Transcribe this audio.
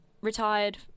retired